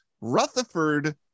Rutherford